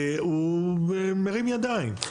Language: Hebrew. מרים ידיים.